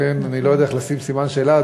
אני לא יודע איך לשים סימן שאלה,